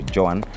John